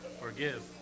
Forgive